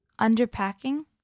Underpacking